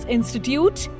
Institute